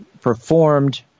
performed